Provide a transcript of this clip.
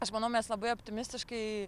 aš manau mes labai optimistiškai